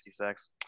66